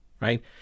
right